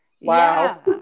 wow